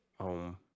home